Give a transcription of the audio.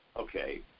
okay